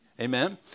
Amen